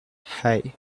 hey